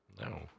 No